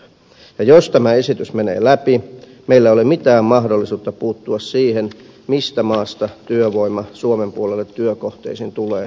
ja jos tämä esitys menee läpi meillä ei ole mitään mahdollisuutta puuttua siihen mistä maasta työvoima suomen puolelle työkohteisiin tulee esimerkiksi soklissa